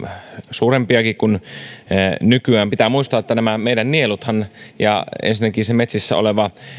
suurempiakin kuin nykyään pitää muistaa että nämä meidän nieluthan ja ensinnäkin se metsissä oleva